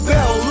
Bell